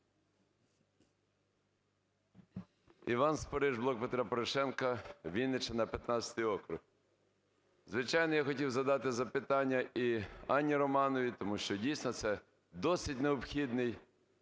Іван Спориш, "Блок Петра Порошенка", Вінниччина, 15-й округ. Звичайно, я хотів задати запитання і Анні Романовій. Тому що, дійсно, це досить необхідний